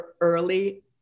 early